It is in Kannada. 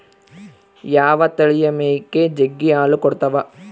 ಯಾವ ತಳಿಯ ಮೇಕೆ ಜಗ್ಗಿ ಹಾಲು ಕೊಡ್ತಾವ?